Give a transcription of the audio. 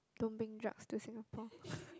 don't bring drugs to Singapore